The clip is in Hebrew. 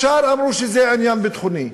ישר אמרו שזה עניין ביטחוני,